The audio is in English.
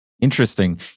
Interesting